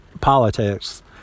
politics